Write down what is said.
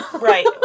Right